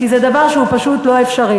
כי זה דבר שהוא פשוט לא אפשרי.